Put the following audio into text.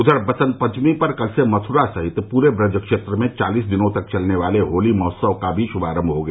उधर बसत पंचमी पर कल से मथुरा सहित पूरे ब्रज क्षेत्र में चालीस दिनों तक चलने वाले होली महोत्सव का भी श्भारम्भ हो गया